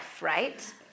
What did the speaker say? right